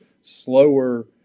slower